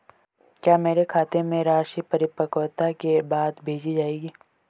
क्या मेरे खाते में राशि परिपक्वता के बाद भेजी जाएगी?